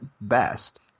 best